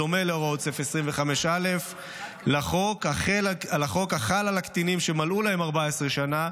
בדומה להוראות סעיף 25א לחוק החל על הקטינים שמלאו להם 14 שנה,